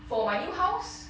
for my new house